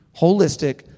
Holistic